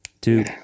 two